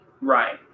Right